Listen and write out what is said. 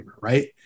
right